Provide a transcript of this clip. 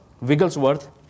Wigglesworth